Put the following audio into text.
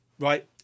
right